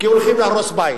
כי הולכים להרוס בית.